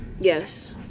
Yes